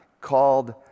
called